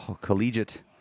collegiate